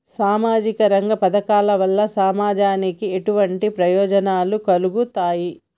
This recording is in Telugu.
సామాజిక రంగ పథకాల వల్ల సమాజానికి ఎటువంటి ప్రయోజనాలు కలుగుతాయి?